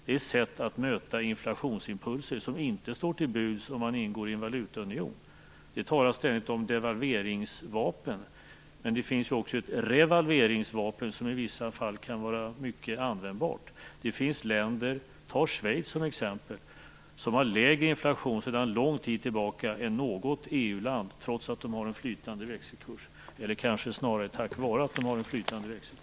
Det är ett sätt att möta inflationsimpulser som inte står till buds om man ingår i en valutaunion. Det talas ständigt om devalveringsvapen. Men det finns också ett revalveringsvapen, som i vissa fall kan vara mycket användbart. Det finns länder, Schweiz är ett exempel, som sedan lång tid tillbaka har lägre inflation än något EU-land, trots att de har en flytande växelkurs, eller kanske snarare tack vare att de har en flytande växelkurs.